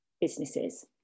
businesses